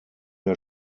der